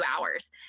hours